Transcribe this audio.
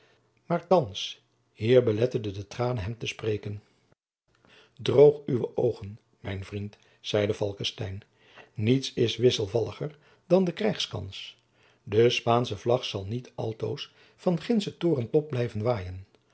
maar thands hier beletteden de tranen hem te spreken droog uwe oogen mijn vriend zeide falckestein niets is wisselvalliger dan de krijgskans de spaansche vlag zal niet altoos van gindschen torentop blijven waaien